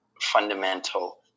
fundamental